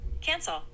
Cancel